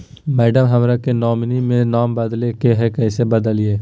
madam, हमरा के nominee में नाम बदले के हैं, कैसे बदलिए